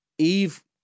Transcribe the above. Eve